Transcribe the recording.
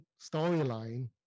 storyline